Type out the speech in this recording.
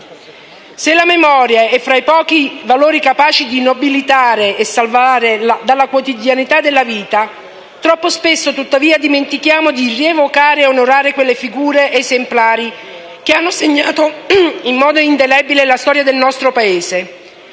Se la memoria è fra i pochi valori capaci di nobilitare e salvare dalla quotidianità della vita, troppo spesso tuttavia dimentichiamo di rievocare e onorare quelle figure esemplari che hanno segnato in modo indelebile la storia del nostro Paese,